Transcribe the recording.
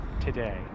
today